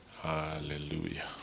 hallelujah